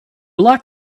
locked